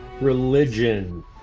Religion